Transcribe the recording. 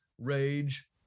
rage